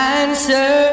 answer